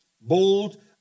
bold